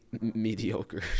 mediocre